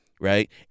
right